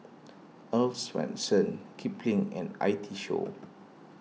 Earl's Swensens Kipling and I T Show